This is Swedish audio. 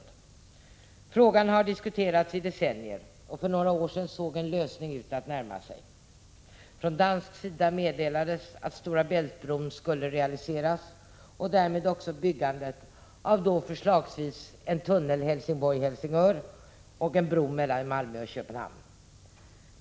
Den frågan har diskuterats i decennier, och för några år sedan såg en lösning ut att närma sig. Från dansk sida meddelades att Stora Bält-bron skulle realiseras och därmed också byggandet av förslagsvis en tunnel Helsingborg-Helsingör och en bro mellan Malmö och Köpenhamn.